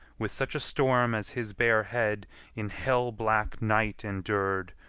with such a storm as his bare head in hell-black night endur'd,